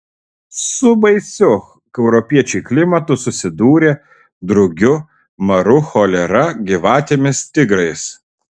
su baisiu europiečiui klimatu susidūrė drugiu maru cholera gyvatėmis tigrais